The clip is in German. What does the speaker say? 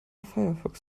firefox